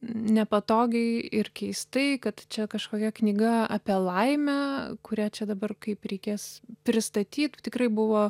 nepatogiai ir keistai kad čia kažkokia knyga apie laimę kur ją čia dabar kaip reikės pristatyt tikrai buvo